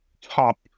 top